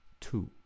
two